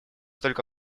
только